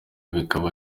bikaba